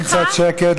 מבקשים קצת שקט,